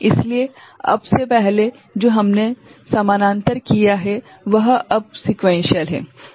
इसलिए अब से पहले जो हमने समानांतर किया है अब वह अनुक्रमिक है